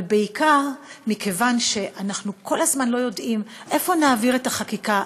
אבל בעיקר מכיוון שאנחנו כל הזמן לא יודעים איפה נעביר את החקיקה,